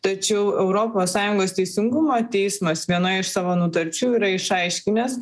tačiau europos sąjungos teisingumo teismas vienoje iš savo nutarčių yra išaiškinęs